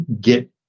get